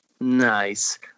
Nice